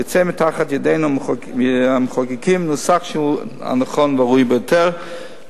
יצא מתחת ידינו המחוקקים נוסח שהוא הנכון והראוי ביותר.